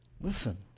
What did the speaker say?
Listen